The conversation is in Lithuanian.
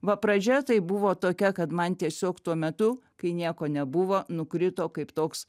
va pradžia tai buvo tokia kad man tiesiog tuo metu kai nieko nebuvo nukrito kaip toks